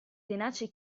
tenace